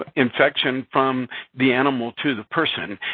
ah infection from the animal to the person.